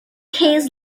case